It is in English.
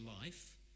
life